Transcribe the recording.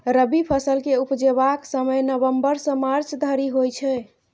रबी फसल केँ उपजेबाक समय नबंबर सँ मार्च धरि होइ छै